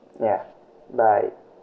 yeah bye